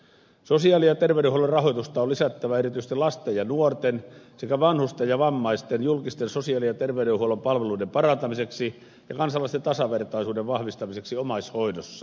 sosiaali ja terveydenhuollon rahoitusta on lisättävä erityisesti lasten ja nuorten sekä vanhusten ja vammaisten julkisten sosiaali ja terveydenhuollon palveluiden parantamiseksi ja kansalaisten tasavertaisuuden vahvistamiseksi omaishoidossa